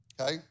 okay